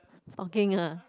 talking ah